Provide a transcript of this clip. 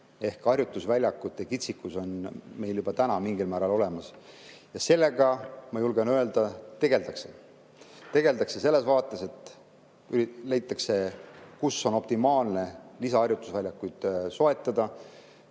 meil harjutusväljakukitsikus, see on meil juba täna mingil määral olemas. Sellega, ma julgen öelda, tegeldakse. Tegeldakse selles vaates, et vaadatakse, kus on optimaalne lisaharjutusväljakuid soetada